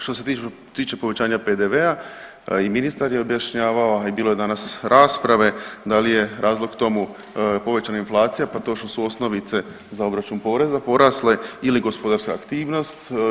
Što se tiče povećanja PDV-a i ministar je objašnjavao, a i bilo je danas rasprave da li je razlog tomu povećana inflacija pa to što su osnovice za obračun poreza porasle ili gospodarska aktivnost.